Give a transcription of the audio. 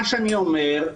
מה שאני אומר,